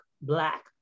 black